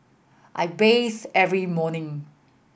I bathe every morning